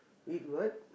eat what